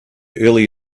early